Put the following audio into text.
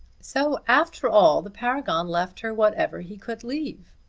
so after all the paragon left her whatever he could leave,